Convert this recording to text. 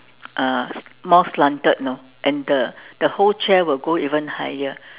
uh more slanted you know and the the whole chair will go even higher